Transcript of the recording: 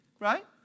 right